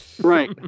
Right